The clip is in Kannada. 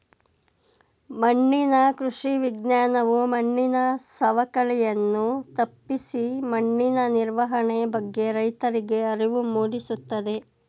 ಮಣ್ಣಿನ ಕೃಷಿ ವಿಜ್ಞಾನವು ಮಣ್ಣಿನ ಸವಕಳಿಯನ್ನು ತಪ್ಪಿಸಿ ಮಣ್ಣಿನ ನಿರ್ವಹಣೆ ಬಗ್ಗೆ ರೈತರಿಗೆ ಅರಿವು ಮೂಡಿಸುತ್ತದೆ